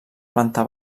planta